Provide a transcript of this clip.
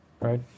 Right